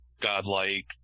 godlike